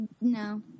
No